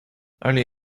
only